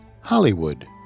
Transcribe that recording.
Hollywood